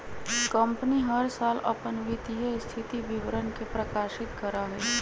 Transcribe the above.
company हर साल अपन वित्तीय स्थिति विवरण के प्रकाशित करा हई